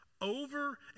Over